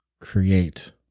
create